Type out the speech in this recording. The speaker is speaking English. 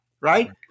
right